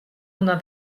вона